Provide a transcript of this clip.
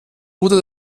wurde